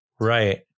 Right